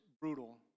brutal